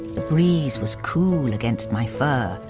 the breeze was cool against my fur.